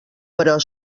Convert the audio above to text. però